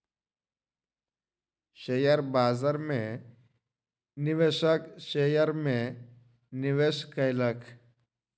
share बाजार में निवेशक शेयर में निवेश कयलक